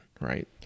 right